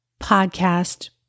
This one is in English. podcast